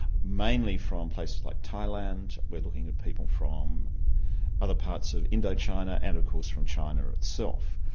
mainly from places like thailand we're looking at people from other parts of indochina and of course from china itself.